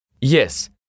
Yes